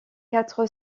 quatre